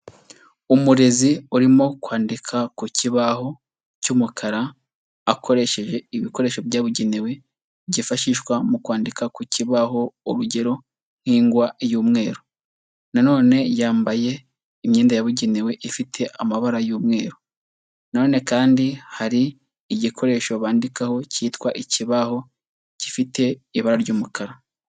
Umurezi urimo kwandika ku kibaho cy'umukara akoresheje ibikoresho byabugenewe, byifashishwa mu kwandika ku kibaho, urugero nk'ingwa y'umweru na none yambaye imyenda yabugenewe ifite amabara y'umweru na none kandi hari igikoresho bandikaho cyitwa ikibaho, gifite ibara ry'umukara.